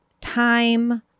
time